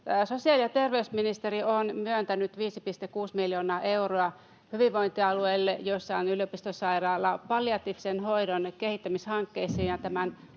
Sosiaali- ja terveysministeri on myöntänyt 5,6 miljoonaa euroa hyvinvointialueille, joissa on yliopistosairaala, palliatiivisen hoidon kehittämishankkeisiin, ja tämän